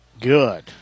Good